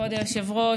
כבוד היושב-ראש,